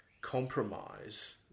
compromise